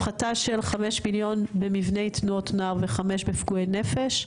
הפחתה של 5 מיליון במבני תנועות נוער ו-5 בפגועי נפש.